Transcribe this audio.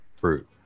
fruit